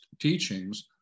teachings